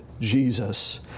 Jesus